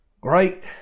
great